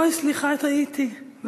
סליחה, טעיתי.